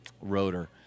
rotor